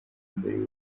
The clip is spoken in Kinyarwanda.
mbere